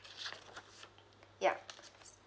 yup